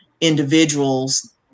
individuals